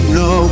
no